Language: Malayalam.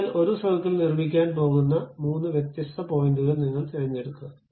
അതിനാൽ ഒരു സർക്കിൾ നിർമ്മിക്കാൻ പോകുന്ന മൂന്ന് വ്യത്യസ്ത പോയിന്റുകൾ നിങ്ങൾ തിരഞ്ഞെടുക്കുക